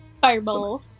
Fireball